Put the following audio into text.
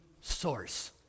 source